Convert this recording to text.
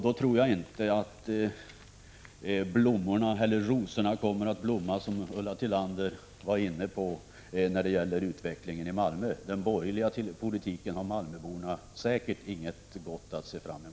Då tror jag inte att rosorna kommer att blomma — vilket Ulla Tillander var inne på —- i samband med utvecklingen i Malmö. När det gäller den borgerliga politiken har malmöborna säkert inget gott att se fram emot.